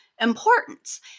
importance